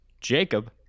Jacob